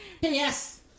Yes